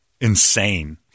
insane